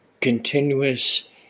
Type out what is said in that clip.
continuous